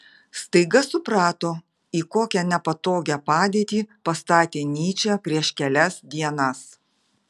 staiga suprato į kokią nepatogią padėtį pastatė nyčę prieš kelias dienas